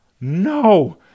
No